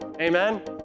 Amen